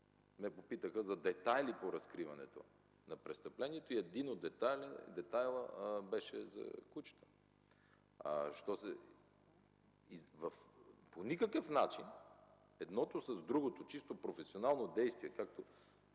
ме попитаха за детайли по разкриване на престъплението. Един от детайлите беше за кучето. По никакъв начин едното с другото чисто професионално действие –